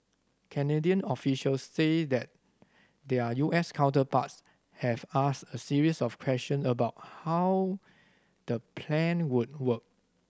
Canadian officials say that their U S counterparts have asked a series of question about how the plan would work